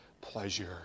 pleasure